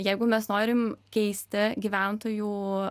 jeigu mes norim keisti gyventojų